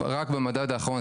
רק במדד האחרון,